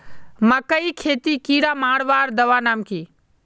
मकई खेतीत कीड़ा मारवार दवा नाम की?